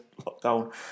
lockdown